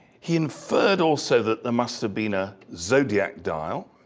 he inferred also that there must have been a zodiac dial,